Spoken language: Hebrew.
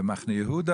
במחנה יהודה,